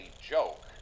joke